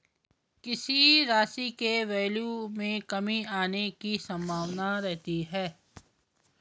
किसी राशि के वैल्यू में कमी आने की संभावना रहती है